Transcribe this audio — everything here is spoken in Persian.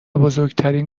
بزرگترین